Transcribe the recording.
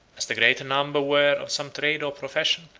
as the greater number were of some trade or profession,